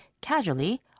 casually